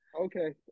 Okay